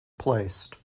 placed